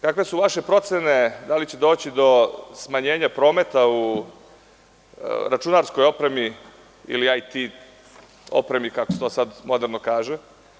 Kakve su vaše procene, da li će doći do smanjenja prometa u računarskoj opremi, ili IT opremi, kako se to sad moderno kaže?